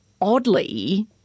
oddly